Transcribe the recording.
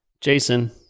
Jason